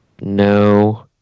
No